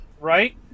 right